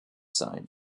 sein